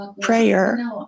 Prayer